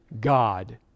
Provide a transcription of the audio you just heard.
God